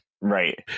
right